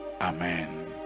Amen